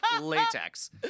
Latex